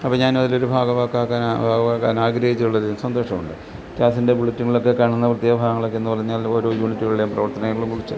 അപ്പം ഞാനതിലൊരു ഭാഗമാക്കാൻ ഭാഗമാകാൻ ആഗ്രഹിച്ചതിൽ വളരെയധികം സന്തോഷമുണ്ട് ജാസിൻ്റെ ബുള്ളറ്റുകളിലൊക്കെ കാണുന്ന പ്രത്യേക ഭാഗങ്ങളൊക്കെ എന്ന് പറഞ്ഞാൽ ഓരോ യൂണിറ്റുകളുടെ പ്രവർത്തനങ്ങളെക്കുറിച്ച്